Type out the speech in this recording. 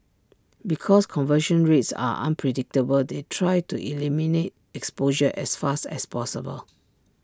because conversion rates are unpredictable they try to eliminate exposure as fast as possible